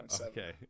okay